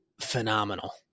phenomenal